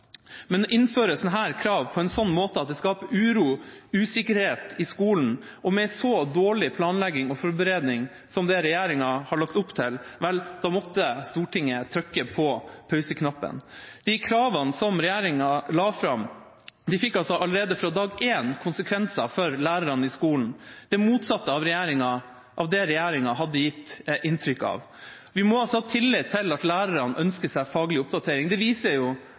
men å innføre sånne krav på en sånn måte at det skaper uro og usikkerhet i skolen og med så dårlig planlegging og forberedelse som det regjeringa har lagt opp til, da måtte Stortinget trykke på pauseknappen. De kravene som regjeringa la fram, fikk allerede fra dag én konsekvenser for lærerne i skolen – det motsatte av det regjeringa hadde gitt inntrykk av. Vi må altså ha tillitt til at lærerne ønsker seg faglig oppdatering. Det viser